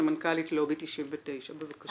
סמנכ"לית לובי 99 בבקשה.